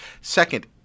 Second